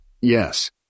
Yes